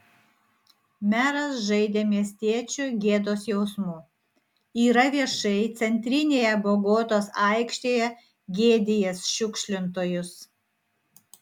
meras žaidė miestiečių gėdos jausmu yra viešai centrinėje bogotos aikštėje gėdijęs šiukšlintojus